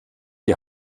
die